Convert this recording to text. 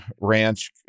ranch